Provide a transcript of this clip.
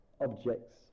objects